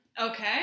Okay